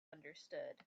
understood